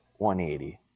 180